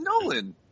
Nolan